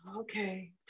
okay